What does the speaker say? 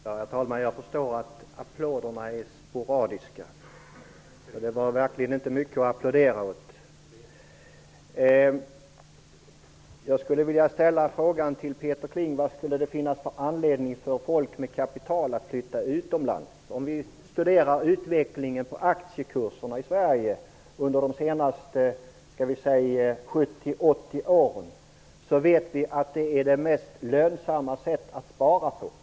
Herr talman! Jag förstår att applåderna var sporadiska, för det var verkligen inte mycket att applådera åt. Jag vill ställa frågan till Peter Kling vad det skulle finnas för anledning för folk med kapital att flytta utomlands. Om man studerar utvecklingen av aktiekurserna i Sverige under de senaste 70--80 åren vet vi att det är det mest lönsamma sättet att spara på.